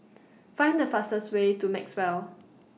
Find The fastest Way to Maxwell